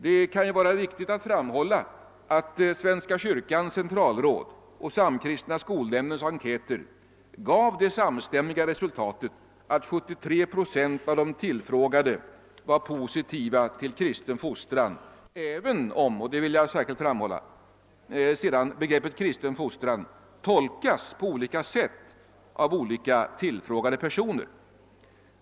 Det kan vara viktigt att framhålla att svenska kyrkans centralråds och svenska skolnämndens enkäter gav det samstämmiga resultatet att 73 procent av de tillfrågade var positiva till kristen fostran även om — och det vill jag särskilt framhålla — sedan begreppet kristen fostran tolkas på olika sätt av olika tillfrågade personer.